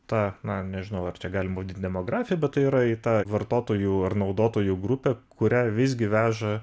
tą na nežinau ar čia galim vadint demografiją bet tai yra į tą vartotojų ar naudotojų grupę kurią visgi veža